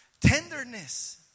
Tenderness